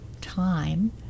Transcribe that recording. time